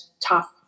top